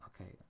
Okay